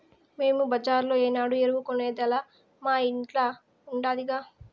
మేము బజార్లో ఏనాడు ఎరువు కొనేదేలా మా ఇంట్ల ఉండాదిగా